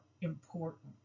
important